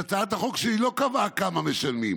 והצעת החוק שלי לא קבעה כמה משלמים.